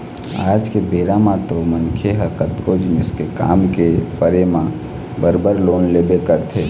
आज के बेरा म तो मनखे ह कतको जिनिस के काम के परे म बरोबर लोन लेबे करथे